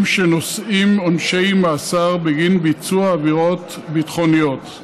שנושאים עונשי מאסר בגין ביצוע עבירות ביטחוניות.